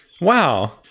wow